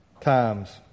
times